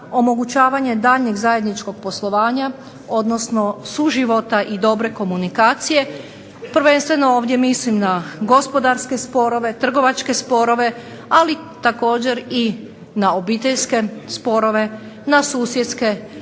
omogućavanje daljnjeg zajedničkog poslovanja, odnosno suživota i dobre komunikacije, prvenstveno ovdje mislim na gospodarske sporove, trgovačke sporove, ali također i na obiteljske sporove, susjedske odnose